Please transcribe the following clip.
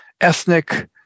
ethnic